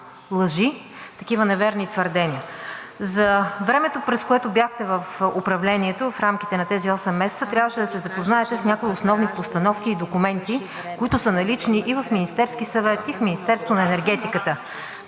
лъжи, такива неверни твърдения. За времето, в което бяхте в управлението в рамките на тези осем месеца, трябваше да се запознаете с някои основни постановки и документи, които са налични и в Министерския съвет, и в Министерството на енергетиката.